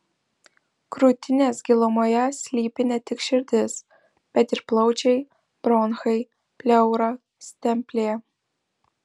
krūtinės gilumoje slypi ne tik širdis bet ir plaučiai bronchai pleura stemplė